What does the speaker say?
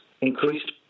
increased